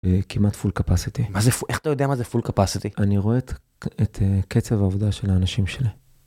כמעט full capacity. איך אתה יודע מה זה full capacity? אני רואה את קצב העבודה של האנשים שלי.